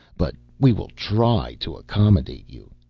but we will try to accommodate you.